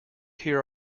hear